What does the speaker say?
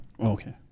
Okay